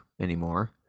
anymore